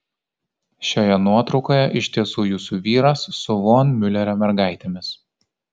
šioje nuotraukoje iš tiesų jūsų vyras su von miulerio mergaitėmis